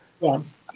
Yes